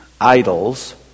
idols